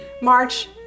March